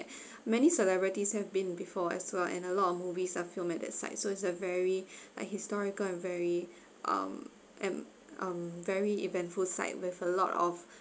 many celebrities have been before as well and a lot of movies are filmed at that sight so it's a very like historical and very um and um very eventful sight with a lot of